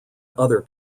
other